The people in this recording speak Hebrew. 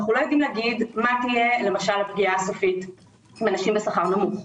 אנחנו לא יודעים לומר מה תהיה למשל הפגיעה הסופית בנשים בשכר נמוך,